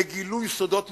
לגילוי סודות מדינה,